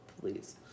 please